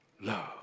love